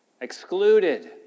Excluded